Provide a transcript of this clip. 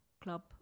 Club